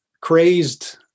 crazed